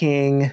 King